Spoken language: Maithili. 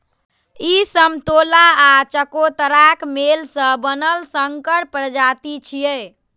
ई समतोला आ चकोतराक मेल सं बनल संकर प्रजाति छियै